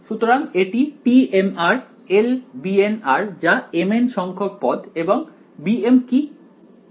সুতরাং এটি tm Lbn যা mn সংখ্যক পদ এবং bm কি